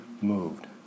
moved